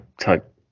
type